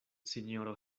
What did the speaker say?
sinjoro